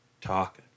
talk